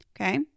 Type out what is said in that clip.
Okay